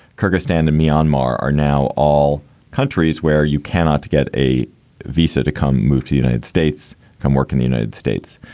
kyrgyzstan and myanmar are now all countries where you cannot get a visa to come move to united states, come work in the united states.